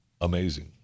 Amazing